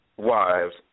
Wives